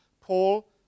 paul